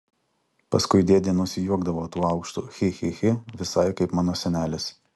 paskui dėdė nusijuokdavo tuo aukštu chi chi chi visai kaip mano senelis